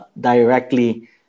directly